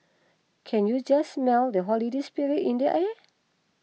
can you just smell the holiday spirit in the air